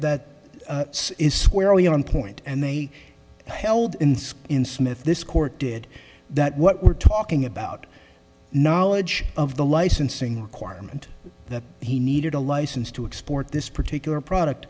that is squarely on point and they held in school in smith this court did that what we're talking about knowledge of the licensing requirement that he needed a license to export this particular product